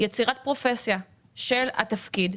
יצירת פרופסיה של התפקיד.